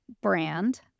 brand